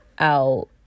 out